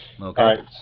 Okay